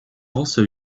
also